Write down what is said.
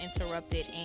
Interrupted